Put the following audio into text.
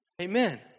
Amen